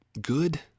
good